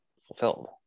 fulfilled